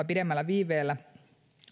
pidemmällä viiveellä